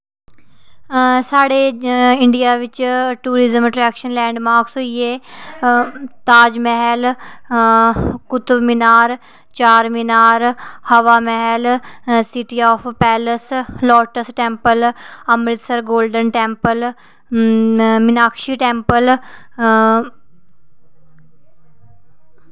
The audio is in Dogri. साढ़े इंडिया बिच टूरिज्म अट्रैक्शन लेंडमार्कस होई गे Taj Mahal Qutub Minar Charminar Hawa Mahal city of palace lotus temple Amritsar golden temple Meenakshi temple